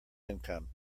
income